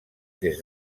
des